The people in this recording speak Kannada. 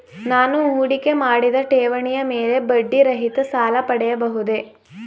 ನಾನು ಹೂಡಿಕೆ ಮಾಡಿದ ಠೇವಣಿಯ ಮೇಲೆ ಬಡ್ಡಿ ರಹಿತ ಸಾಲ ಪಡೆಯಬಹುದೇ?